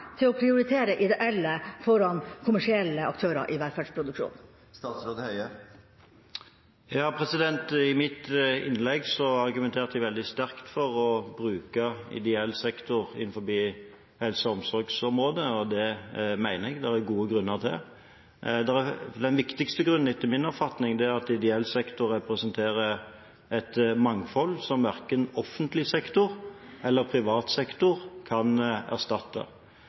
til å prioritere ideelle aktører foran kommersielle aktører i velferdsproduksjonen? I mitt innlegg argumenterte jeg veldig sterkt for å bruke ideell sektor innenfor helse- og omsorgsområdet, og det mener jeg det er gode grunner til. Den viktigste grunnen, etter min oppfatning, er at ideell sektor representerer et mangfold som verken offentlig sektor eller privat sektor kan erstatte.